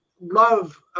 love